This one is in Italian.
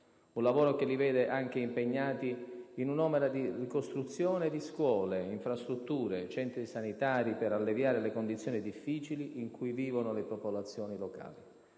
Un lavoro che li vede impegnati in un'opera di ricostruzione di scuole, infrastrutture, centri sanitari per alleviare le condizioni difficili in cui vivono le popolazioni locali.